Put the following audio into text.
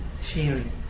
sharing